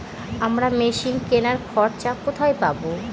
আমরা মেশিন কেনার খরচা কোথায় পাবো?